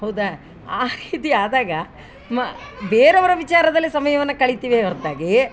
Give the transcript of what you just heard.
ಹೌದ ಆ ರೀತಿ ಆದಾಗ ಮ ಬೇರೆಯವ್ರ ವಿಚಾರದಲ್ಲಿ ಸಮಯವನ್ನು ಕಳಿತೀವೆ ಹೊರತಾಗಿ